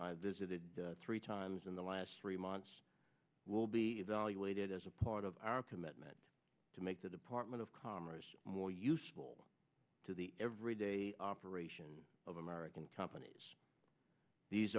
i visited three times in the last three months will be evaluated as a part of our commitment to make the department of commerce more useful to the everyday operation of american companies these